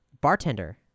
bartender